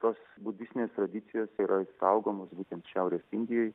tos budistinės tradicijos yra išsaugomas būtent šiaurės indijoj